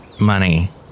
money